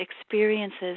experiences